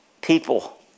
people